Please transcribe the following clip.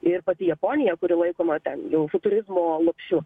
ir pati japonija kuri laikoma ten jau futurizmo lopšiu